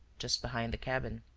just behind the cabin.